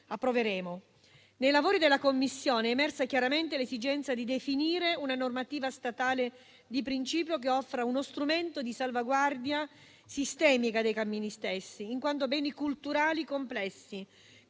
Nei lavori della Commissione è emersa chiaramente l'esigenza di definire una normativa statale di principio che offra uno strumento di salvaguardia sistemica dei cammini stessi, in quanto beni culturali complessi,